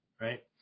right